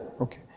okay